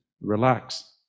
relax